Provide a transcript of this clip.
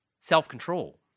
self-control